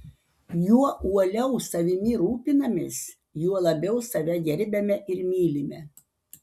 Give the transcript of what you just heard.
juo uoliau savimi rūpinamės juo labiau save gerbiame ir mylime